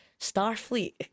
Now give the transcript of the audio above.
Starfleet